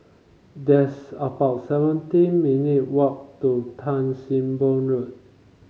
that's about seventeen minute walk to Tan Sim Boh Road